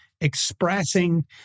expressing